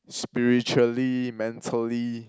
spiritually mentally